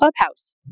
Clubhouse